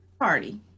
party